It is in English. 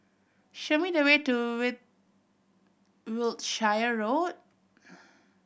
show me the way to way Wiltshire Road